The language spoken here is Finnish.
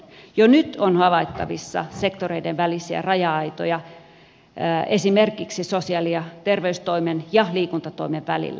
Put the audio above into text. jo nyt on havaittavissa sektoreiden välisiä raja aitoja esimerkiksi sosiaali ja terveystoimen ja liikuntatoimen välillä